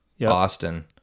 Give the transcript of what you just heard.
Boston